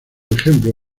ejemplo